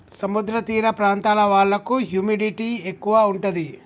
సముద్ర తీర ప్రాంతాల వాళ్లకు హ్యూమిడిటీ ఎక్కువ ఉంటది